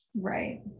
right